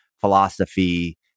philosophy